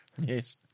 Yes